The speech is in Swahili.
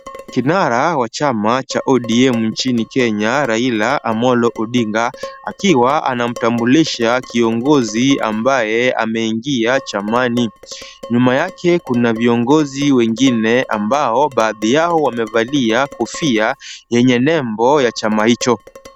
Kinara wa chama cha ODM mjini Kenya Raila Amollo Odinga akiwa anamtambulisha kiongozi ambaye ameingia chamani. Nyuma yake kuna viongozi wengine ambao baadhi yao wamevalia kofia yenye nembo ya chama hicho.